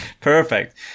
Perfect